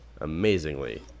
amazingly